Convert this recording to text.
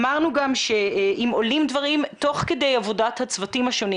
אמרנו גם שאם עולים דברים תוך כדי עבודת הצוותים השונים